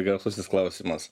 garsusis klausimas